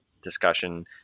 Discussion